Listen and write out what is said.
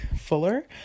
fuller